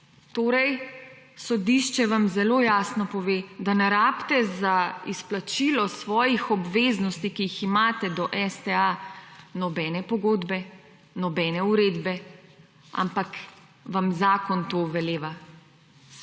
Torej, sodišče vam zelo jaso pove, da ne rabite za izplačilo svojih obveznosti, ki jih imate do STA, nobene pogodbe, nobene uredbe, ampak vam zakon to veleva.